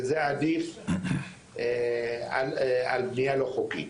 וזה עדיף על בנייה לא חוקית.